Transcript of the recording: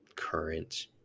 current